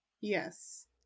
Yes